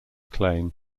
claim